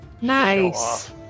Nice